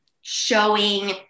showing